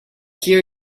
hear